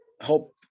help